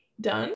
Done